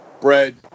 bread